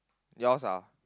yours ah